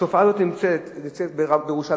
התופעה הזאת קיימת בירושלים,